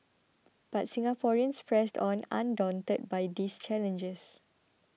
but Singaporeans pressed on undaunted by these challenges